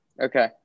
Okay